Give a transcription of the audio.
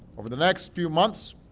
over the next few months.